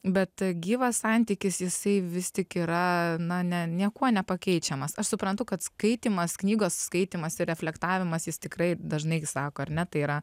bet gyvas santykis jisai vis tik yra na ne niekuo nepakeičiamas aš suprantu kad skaitymas knygos skaitymas ir reflektavimas jis tikrai dažnai sako ar ne tai yra